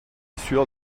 sueur